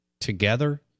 together